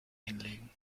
hinlegen